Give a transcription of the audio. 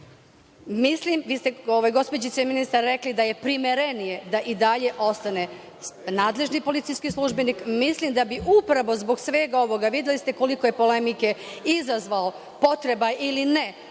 službenik. Vi ste, gospođice ministar, rekli da je primerenije da i dalje ostane – nadležni policijski službenik. Mislim da bi upravo zbog svega ovoga, videli ste koliko je polemike izazvao, potreba ili ne,